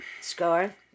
scar